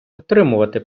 отримувати